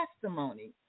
testimony